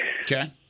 Okay